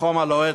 בחום הלוהט,